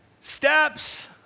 Steps